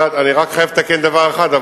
נכה מעל גיל 65, אני רק חייב לתקן דבר אחד.